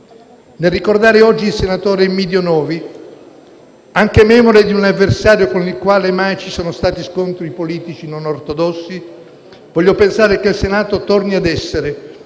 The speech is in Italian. Nel ricordare oggi il senatore Emiddio Novi, anche memore di un avversario con il quale mai ci sono stati scontri politici non ortodossi, voglio pensare che il Senato torni ad essere